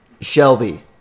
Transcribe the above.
Shelby